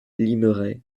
limeray